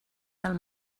del